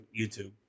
YouTube